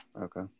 Okay